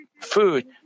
food